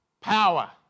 Power